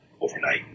overnight